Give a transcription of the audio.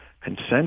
consent